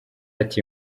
ati